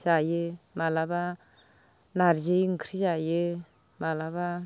जायो माब्लाबा नारजि ओंख्रि जायो माब्लाबा